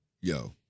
yo